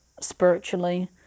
spiritually